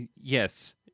Yes